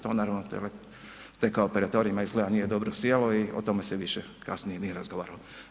To naravno te kao operaterima izgleda nije dobro sjelo i o tome se više kasnije nije razgovaralo.